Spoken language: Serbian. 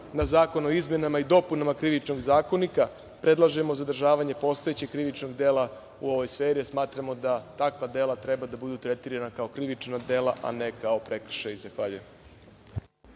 na zakon o izmenama i dopunama Krivičnog zakonika predlažemo zadržavanje postojećeg krivičnog dela u ovoj sferi, a smatramo da takva dela treba da budu tretirana kao krivična dela, a ne kao prekršaji. Zahvaljujem.